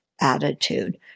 attitude